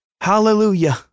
Hallelujah